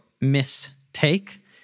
mistake